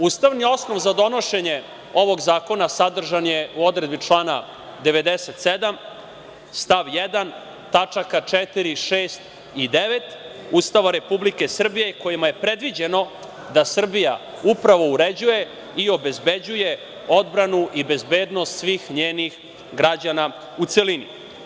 Ustavni osnov za donošenje ovog zakona sadržan je u odredbi člana 97. stav 1. tačaka 4, 6. i 9. Ustava Republike Srbije kojima je predviđeno da Srbija upravo uređuje i obezbeđuje odbranu i bezbednost svih njenih građana u celini.